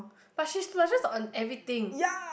but she splurges on everything